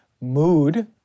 mood